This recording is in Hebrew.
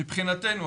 מבחינתנו,